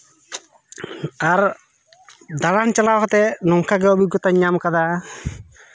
ᱟᱨ ᱫᱟᱬᱟᱱ ᱪᱟᱞᱟᱣ ᱠᱟᱛᱮᱫ ᱱᱚᱝᱠᱟ ᱜᱮ ᱚᱵᱷᱤᱜᱽᱜᱚᱛᱟᱧ ᱧᱟᱢ ᱠᱟᱫᱟ